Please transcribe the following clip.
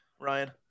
Ryan